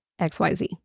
XYZ